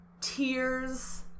tears